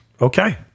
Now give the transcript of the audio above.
okay